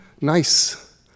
nice